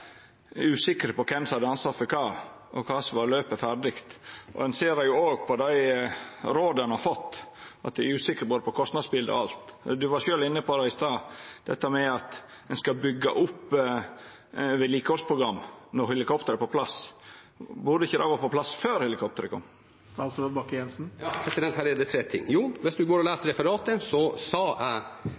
usikre på kven som hadde ansvaret for kva, og kva som var ferdig løp. Ein ser òg på dei råda ein har fått, at ein er usikker på kostnadsbildet og alt. Statsråden var i stad sjølv inne på at ein skal byggja opp vedlikehaldsprogram når helikopteret er på plass. Burde ikkje det vore på plass før helikopteret kom? Her er det tre ting. Hvis man leser referatet, så sa